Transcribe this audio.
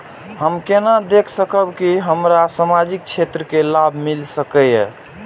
हम केना देख सकब के हमरा सामाजिक क्षेत्र के लाभ मिल सकैये?